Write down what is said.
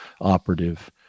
operative